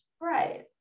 Right